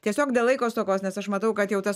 tiesiog dėl laiko stokos nes aš matau kad jau tas